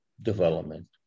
development